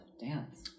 dance